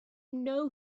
know